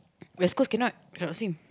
West-Coast cannot cannot swim